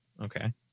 Okay